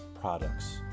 products